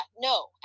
no